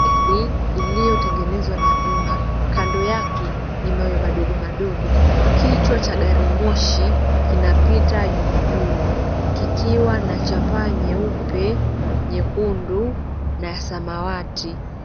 Reli iliyotengenezwa na vyuma. Kando yake ni mawe madogo madogo. Kichwa cha gari moshi kinapita juu juu kikiwa na cha paa nyeupe nyekundu na samawati.